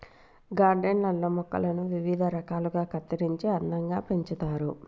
garden లల్లో మొక్కలను వివిధ రకాలుగా కత్తిరించి అందంగా పెంచుతారు